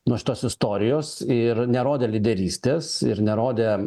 nuo šitos istorijos ir nerodė lyderystės ir nerodė